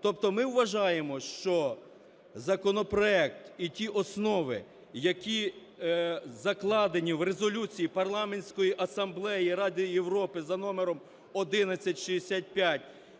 Тобто ми вважаємо, що законопроект і ті основи, які закладені в Резолюції Парламентської асамблеї Ради Європи за номером 1165,